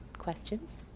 questions?